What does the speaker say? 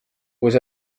was